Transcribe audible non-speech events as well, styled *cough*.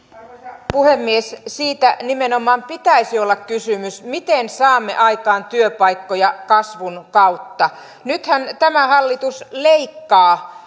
arvoisa puhemies siitä nimenomaan pitäisi olla kysymys miten saamme aikaan työpaikkoja kasvun kautta nythän tämä hallitus leikkaa *unintelligible*